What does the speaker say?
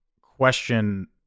question